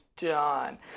done